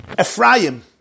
Ephraim